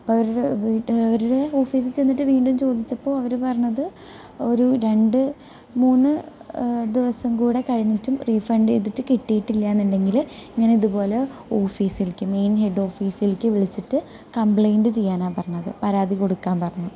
അപ്പോൾ അവരുടെ അവരുടെ ഓഫീസിൽ ചെന്നിട്ട് വീണ്ടും ചോദിച്ചപ്പോൾ അവര് പറഞ്ഞത് രണ്ട് മൂന്ന് ദിവസം കൂടെ കഴിഞ്ഞിട്ടും റീഫണ്ട് ചെയ്തിട്ട് കിട്ടിയിട്ടില്ല എന്നുണ്ടെങ്കിൽ ഇങ്ങനെ ഇതുപോലെ ഓഫീസിലേക്ക് മെയിൻ ഹെഡ്ഓഫീസിലേക്ക് വിളിച്ചിട്ട് കംപ്ലയിന്റ് ചെയ്യാനാണ് പറഞ്ഞത് പരാതി കൊടുക്കാൻ പറഞ്ഞു